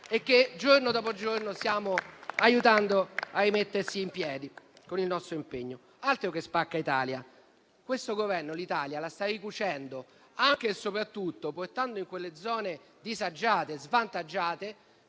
e che, giorno dopo giorno, stiamo aiutando a rimettersi in piedi, con il nostro impegno. Altro che spacca Italia! Il Governo l'Italia la sta ricucendo, anche e soprattutto portando nelle zone disagiate e svantaggiate